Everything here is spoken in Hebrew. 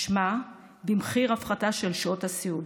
משמע, במחיר הפחתה של שעות הסיעוד.